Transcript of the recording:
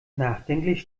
nachdenklich